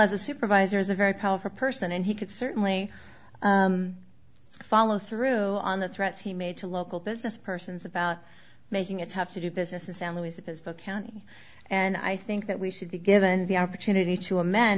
hill as a supervisor is a very powerful person and he could certainly follow through on the threats he made to local business persons about making it tough to do business in san luis obispo county and i think that we should be given the opportunity to